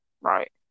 Right